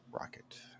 rocket